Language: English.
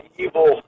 evil